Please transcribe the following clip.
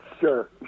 Sure